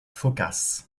phocas